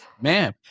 ma'am